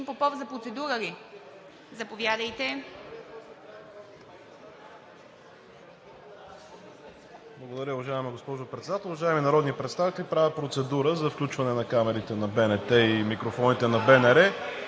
Попов, за процедура ли? Заповядайте.